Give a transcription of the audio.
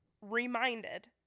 reminded